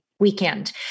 weekend